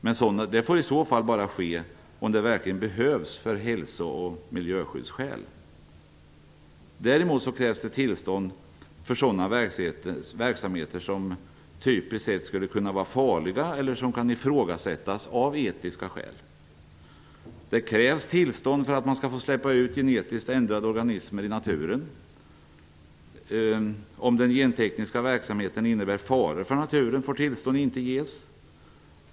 Men det får i så fall bara ske om det verkligen behövs av hälso ller miljöskyddsskäl. Däremot krävs tillstånd för sådana verksamheter som skulle kunna vara farliga eller som kan ifrågasättas av etiska skäl. Det krävs tillstånd för att man skall få släppa ut genetiskt ändrade organismer i naturen. Om den gentekniska verksamheten innebär faror för naturen, får tillstånd inte ges.